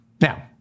Now